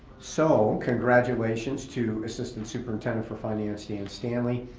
so congratulations to assistant superintendent for finance, dan stanley,